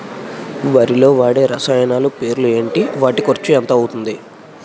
వరిలో వాడే రసాయనాలు పేర్లు ఏంటి? వాటి ఖర్చు ఎంత అవతుంది?